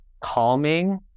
calming